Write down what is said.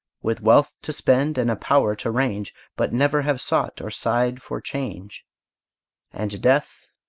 with wealth to spend, and a power to range, but never have sought or sighed for change and death,